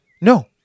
No